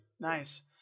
Nice